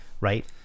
Right